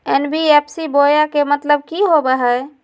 NBFC बोया के मतलब कि होवे हय?